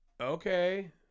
Okay